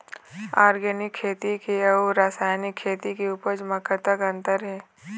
Organic खेती के अउ रासायनिक खेती के उपज म कतक अंतर हे?